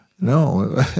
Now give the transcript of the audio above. no